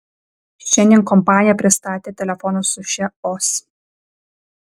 šiandien kompanija pristatė telefonus su šia os